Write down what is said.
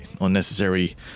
unnecessary